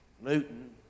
Newton